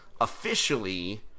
officially